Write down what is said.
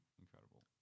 incredible